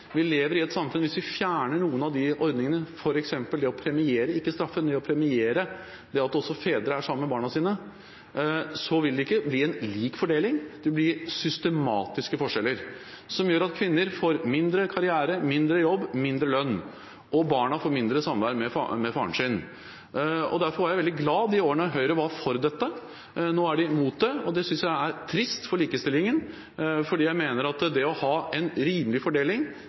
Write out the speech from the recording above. Hvis vi fjerner noen av de ordningene, f.eks. det å premiere – ikke straffe – at også fedre er sammen med barna sine, vil det ikke bli en lik fordeling. Det vil bli systematiske forskjeller som gjør at kvinner får mindre karriere, mindre jobb og mindre lønn, og barna får mindre samvær med faren sin. Derfor var jeg veldig glad de årene Høyre var for dette. Nå er de mot, og det synes jeg er trist for likestillingen, fordi jeg mener at det å ha en rimelig fordeling